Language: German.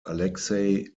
alexei